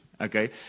okay